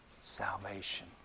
salvation